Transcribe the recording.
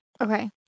Okay